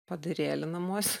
padarėlį namuose